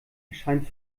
erscheint